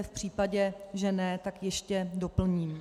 V případě, že ne, tak ještě doplním.